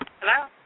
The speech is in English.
Hello